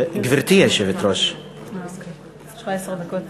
גברתי היושבת-ראש, אדוני השר, חברי חברי הכנסת,